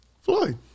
Floyd